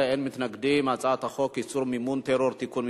ההצעה להעביר את הצעת חוק איסור מימון טרור (תיקון מס'